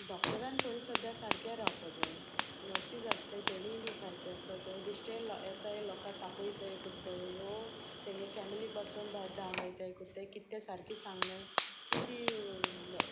डॉक्टरान पयलीं सद्द्या सारकें रावपा जाय नर्सीस आसताय तेणीय बी सारकी आसपा जाय बेश्टें येताय लोकां तापोयताय कोत्ताय हो तेंगे फॅमिली पासून भायर धांवडायताय कोत्ताय कित तें सारकी सांगनाय कितें